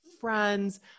friends